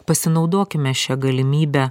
pasinaudokime šia galimybe